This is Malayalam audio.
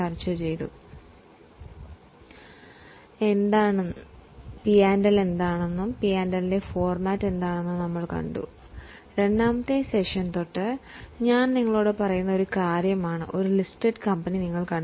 കാരണം ഇതു ഒരു തിയറി മാത്രമല്ല